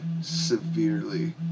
severely